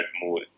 more